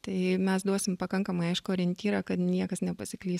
tai mes duosim pakankamai aiškų orientyrą kad niekas nepasiklys